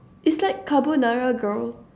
it's like carbonara girl